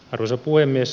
arvoisa puhemies